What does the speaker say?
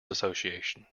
association